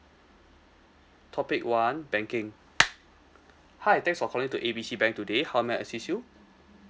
topic one banking hi thanks for calling to A B C bank today how may I assist you